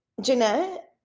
Jeanette